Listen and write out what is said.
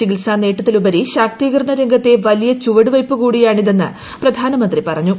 ചികിത്സാ നേട്ടത്തിലുപരി ശാക്തീകരണ രംഗത്തെ വലിയ ചുവടുവയ്പു കൂടിയാണിതെന്ന് പ്രധാനമന്ത്രി പറഞ്ഞു